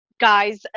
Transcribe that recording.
guys